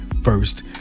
first